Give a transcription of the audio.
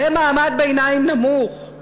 זה מעמד ביניים נמוך,